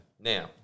Now